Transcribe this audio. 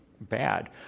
bad